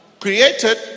Created